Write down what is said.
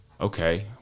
Okay